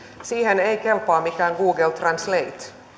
siihen ei kelpaa mikään google translate